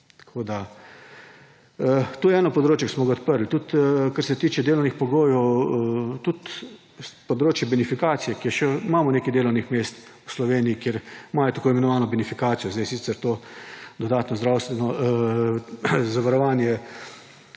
To je eno področje, ki smo ga odprli. Tudi, kar se tiče delovnih pogojev, tudi s področja benifikacije, ker še imamo nekaj delovnih mest v Sloveniji, kjer imajo tako imenovano benifikacijo. Zdaj je sicer to dodatno zdravstveno zavarovanje